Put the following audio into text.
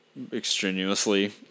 extraneously